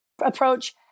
approach